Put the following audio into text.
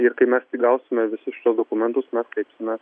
ir kai mes tik gausime visus šituos dokumentus mes kreipsimės